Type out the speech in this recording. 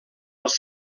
els